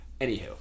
Anywho